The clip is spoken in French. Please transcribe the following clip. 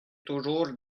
toujours